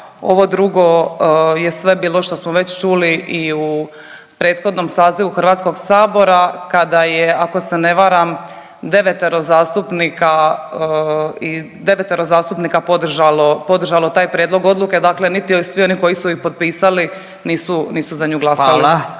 ovo drugo je sve bilo što smo već čuli i u prethodnom sazivu HS-a kada je ako se ne varam devetero zastupnika podržalo taj prijedlog odluke, dakle niti svi oni koji su ih potpisali nisu za nju glasovali.